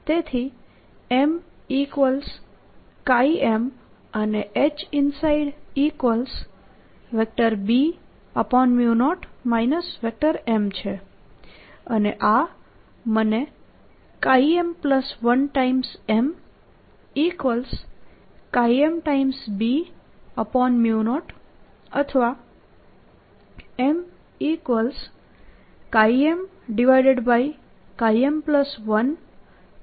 તેથી M M અને HinsideB0 M છે અને આ મને M1 MMB0 અથવા MMM1B0 આપશે